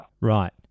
Right